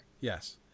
Yes